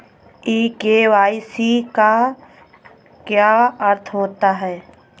ई KYC का क्या अर्थ होता है?